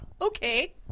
Okay